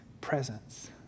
presence